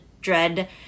dread